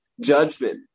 Judgment